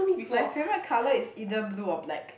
my favourite colour is either blue or black